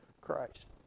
Christ